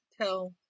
tell